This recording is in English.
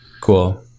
Cool